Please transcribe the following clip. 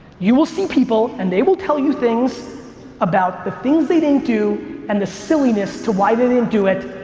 you will see people and they will tell you things about the things they didn't do and the silliness to why didn't didn't do it,